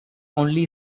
only